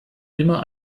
immer